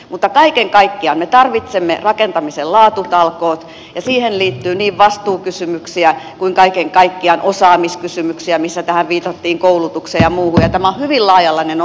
mutta kaiken kaikkiaan me tarvitsemme rakentamisen laatutalkoot ja siihen liittyy niin vastuukysymyksiä kuin kaiken kaikkiaan osaamiskysymyksiä mihin tässä viitattiin koulutukseen ja muuhun ja tämä on hyvin laaja alainen ongelma